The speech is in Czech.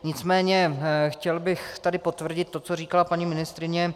Nicméně chtěl bych tady potvrdit to, co tady říkala paní ministryně.